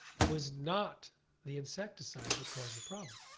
it was not the insecticide that caused the problem.